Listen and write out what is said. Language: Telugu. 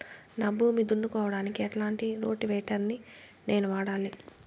నా భూమి దున్నుకోవడానికి ఎట్లాంటి రోటివేటర్ ని నేను వాడాలి?